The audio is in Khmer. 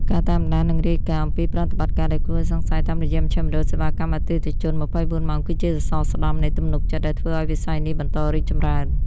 ការតាមដាន និងរាយការណ៍អំពីប្រតិបត្តិការដែលគួរឱ្យសង្ស័យតាមរយៈមជ្ឈមណ្ឌលសេវាកម្មអតិថិជន ២៤ ម៉ោង គឺជាសសរស្តម្ភនៃទំនុកចិត្តដែលធ្វើឱ្យវិស័យនេះបន្តរីកចម្រើន។